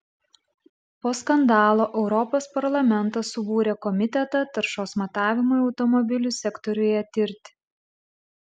po skandalo europos parlamentas subūrė komitetą taršos matavimui automobilių sektoriuje tirti